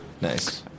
Nice